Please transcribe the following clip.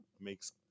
Makes